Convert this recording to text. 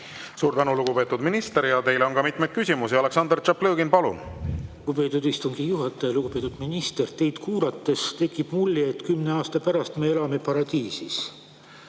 Suur tänu, lugupeetud minister! Teile on ka mitmeid küsimusi. Aleksandr Tšaplõgin, palun! Lugupeetud istungi juhataja! Lugupeetud minister! Teid kuulates tekib mulje, et kümne aasta pärast me elame paradiisis.